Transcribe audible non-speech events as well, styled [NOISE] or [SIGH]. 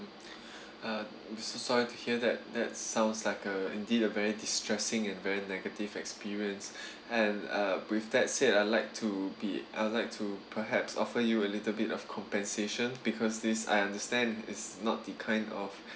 uh so sorry to hear that that sounds like uh indeed a very distressing and very negative experience [BREATH] and uh brief that said I like to be I would like to perhaps offer you a little bit of compensation because this I understand it's not the kind of